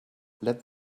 let